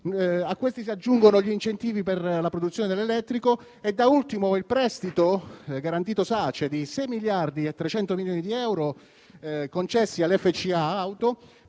A questi si aggiungono gli incentivi per la produzione dell'elettrico e, da ultimo, il prestito garantito SACE di 6.322 miliardi concessi all'FCA auto